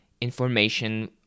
information